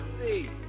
see